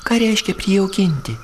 ką reiškia prijaukinti